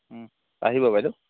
আহিব বাইদেউ